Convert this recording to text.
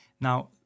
Now